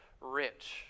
rich